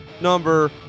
number